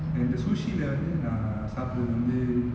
and the sushi lah வந்து நா சாப்ரது வந்து:vanthu naa saaprathu vanthu